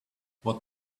what